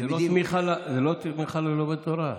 זו לא תמיכה ללומד תורה.